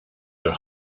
her